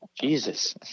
Jesus